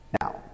Now